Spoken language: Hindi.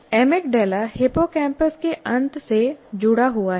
अमिगडाला हिप्पोकैम्पस के अंत से जुड़ा हुआ है